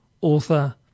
author